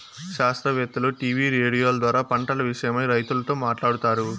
శాస్త్రవేత్తలు టీవీ రేడియోల ద్వారా పంటల విషయమై రైతులతో మాట్లాడుతారు